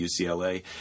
UCLA